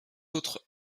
autres